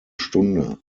stunde